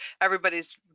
everybody's